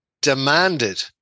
demanded